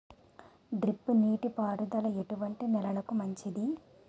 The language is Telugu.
డ్రిప్ నీటి పారుదల ఎటువంటి నెలలకు మంచిది?